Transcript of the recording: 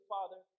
Father